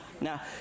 Now